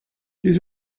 dies